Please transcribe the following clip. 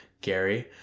Gary